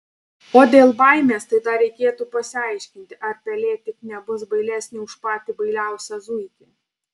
o dėl baimės tai dar reikėtų pasiaiškinti ar pelė tik nebus bailesnė už patį bailiausią zuikį